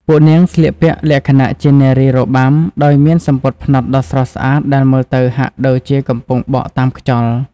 ពួកនាងស្លៀកពាក់លក្ខណៈជា នារីរបាំ ដោយមានសំពត់ផ្នត់ដ៏ស្រស់ស្អាតដែលមើលទៅហាក់ដូចជាកំពុងបក់តាមខ្យល់។